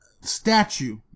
statue